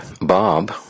Bob